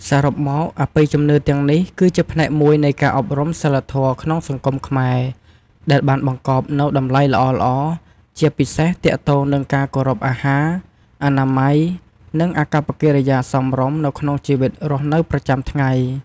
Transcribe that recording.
សរុបមក អបិយជំនឿទាំងនេះ គឺជាផ្នែកមួយនៃការអប់រំសីលធម៌ក្នុងសង្គមខ្មែរ ដែលបានបង្កប់នូវតម្លៃល្អៗ ជាពិសេសទាក់ទងនឹងការគោរពអាហារ អនាម័យ និងអាកប្បកិរិយាសមរម្យនៅក្នុងជីវិតរស់នៅប្រចាំថ្ងៃ។